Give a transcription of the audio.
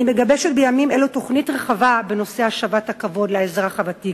אני מגבשת בימים אלו תוכנית רחבה בנושא השבת הכבוד לאזרח הוותיק,